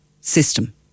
system